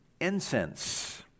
incense